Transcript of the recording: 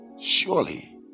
Surely